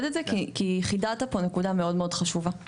את זה כי חידדת נקודה מאוד מאוד חשובה.